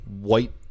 white